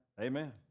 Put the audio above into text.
Amen